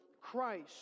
Christ